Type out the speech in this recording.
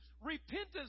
Repentance